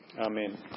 Amen